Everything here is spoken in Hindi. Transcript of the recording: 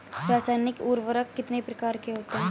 रासायनिक उर्वरक कितने प्रकार के होते हैं?